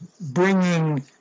bringing